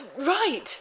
Right